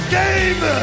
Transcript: game